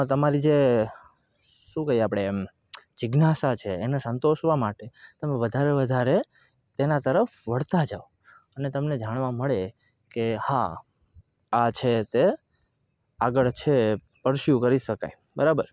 તમારી જે શું કહીએ આપણે એમ જિજ્ઞાસા છે એને સંતોષવા માટે તમે વધારે ને વધારે તેના તરફ વળતા જાઓ અને તમને જાણવા મળે કે હા આ છે તે આગળ છે પરસ્યુ કરી શકાય બરાબર